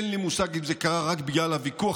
אין לי מושג אם זה קרה רק בגלל הוויכוח